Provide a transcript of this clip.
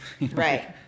right